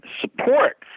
support